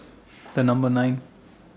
The Number nine